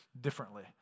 differently